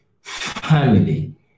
family